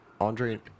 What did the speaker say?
Andre